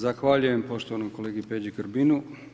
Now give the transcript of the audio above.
Zahvaljujem poštovanom kolegi Peđi Grbinu.